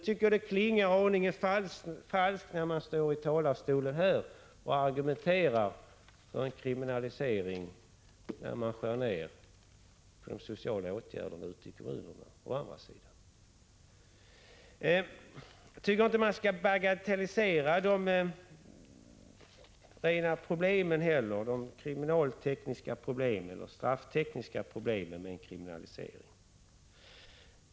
Det klingar aningen falskt att man å ena sidan står i talarstolen här och argumenterar för en kriminalisering, när man å andra sidan skär ned på de sociala åtgärderna ute i kommunerna. Jag tycker inte att man skall bagatellisera de kriminaltekniska och strafftekniska problemen med en kriminalisering.